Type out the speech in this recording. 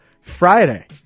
Friday